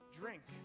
drink